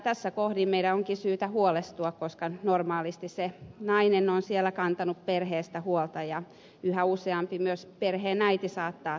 tässä kohdin meidän onkin syytä huolestua koska normaalisti se nainen on siellä kantanut perheestä huolta ja myös yhä useampi perheenäiti saattaa tarttua pulloon